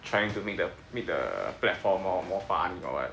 trying to make the make the platform more more funny or what